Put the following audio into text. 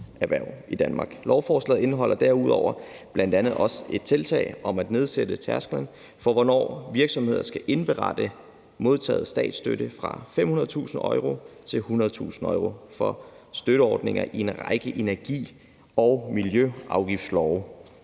Lovforslaget indeholder derudover bl.a. også et tiltag om at nedsætte tærsklen for, hvornår virksomheder skal indberette modtaget statsstøtte, fra 500.000 euro til 100.000 euro for støtteordninger i en række energi- og miljøafgiftslove